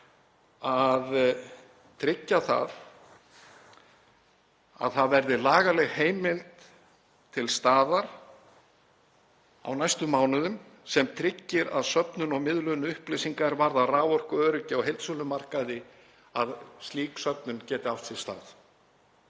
að tryggja að það verði lagaleg heimild til staðar á næstu mánuðum sem tryggir að söfnun og miðlun upplýsinga er varðar raforkuöryggi á heildsölumarkaði geti átt sér stað.